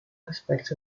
aspects